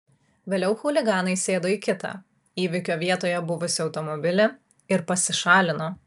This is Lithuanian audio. vėliau chuliganai sėdo į kitą įvykio vietoje buvusį automobilį ir pasišalino